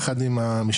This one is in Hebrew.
יחד עם המשטרה,